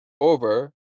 over